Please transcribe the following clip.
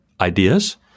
ideas